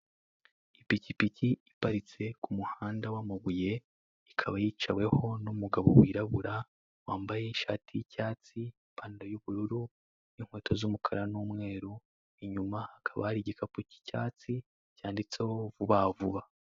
Ipikipiki iparitse ku muhanda w'amabuye ikabayicaweho n'umugabo wirabura, wambaye ishati y'icyatsi, ipantalo y'ubururu, inkweto z'umukara n'umweru inyuma hakaba hari igikapu k'icyatsi cyanditseho Vubavuba.